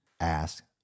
ask